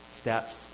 steps